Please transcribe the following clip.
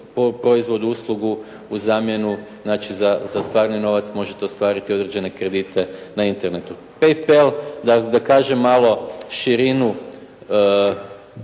proizvod, uslugu, u zamjenu znači za stalni novac možete ostvariti određene kredite na Internetu. Pay pel, da kažem malo širinu